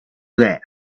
that